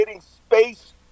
Space